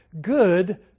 Good